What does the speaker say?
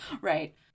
right